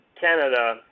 Canada